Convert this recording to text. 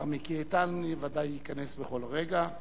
השר מיקי איתן, שבוודאי ייכנס בכל רגע,